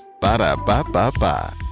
Ba-da-ba-ba-ba